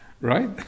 Right